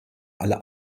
alle